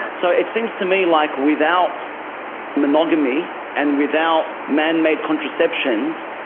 so it seems to me like without monogamy and without man-made contraceptions,